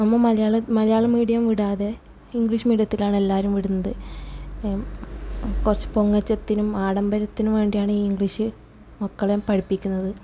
നമ്മൾ മലയാള മലയാളം മെഡ് വിടാതെ ഇംഗ്ലീഷ് മീഡിയത്തിലാണെല്ലാരും വിടുന്നത് കുറച്ച് പൊങ്ങച്ചത്തിനും ആഡമ്പരത്തിനും വേണ്ടിയാണ് ഇംഗ്ലീഷ് മക്കളെ പഠിപ്പിക്കുന്നത്